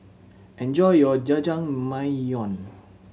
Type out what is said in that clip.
enjoy your Jajangmyeon